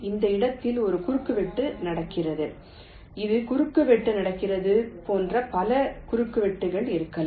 இந்த இடத்தில் ஒரு குறுக்குவெட்டு நடக்கிறது ஒரு குறுக்குவெட்டு நடக்கிறது போன்ற பல குறுக்குவெட்டுகள் இருக்கலாம்